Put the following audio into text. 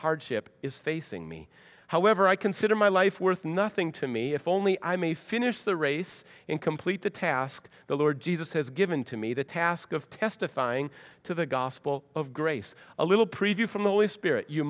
hardship is facing me however i consider my life worth nothing to me if only i may finish the race in complete the task the lord jesus has given to me the task of testifying to the gospel of grace a little preview from the holy spirit you